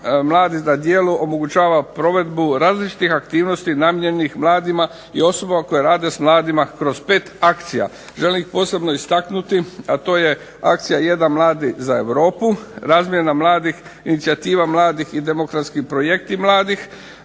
Mladi na djelu omogućava provedbu različitih aktivnosti namijenjenih mladima i osobama koje rade s mladima kroz pet akcija. Želim ih posebno istaknuti, a to je: Akcija 1. Mladi za Europu, razmjena mladih, inicijativa mladih i demokratski projekti mladih.